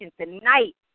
tonight